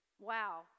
Wow